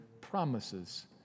promises